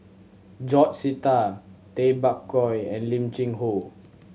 George Sita Tay Bak Koi and Lim Cheng Hoe